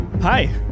Hi